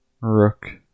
Rook